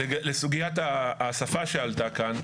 לסוגיית השפה שעלתה כאן,